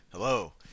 Hello